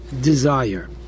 desire